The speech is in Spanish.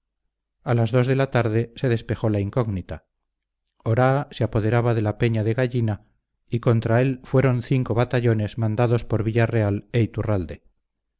a las dos de la tarde se despejó la incógnita oraa se apoderaba de la peña de la gallina y contra él fueron cinco batallones mandados por villarreal e iturralde